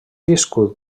viscut